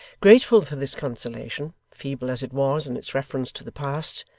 grateful for this consolation, feeble as it was in its reference to the past,